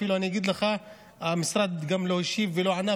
אפילו אומר שהמשרד לא השיב ולא ענה,